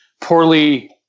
poorly –